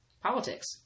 politics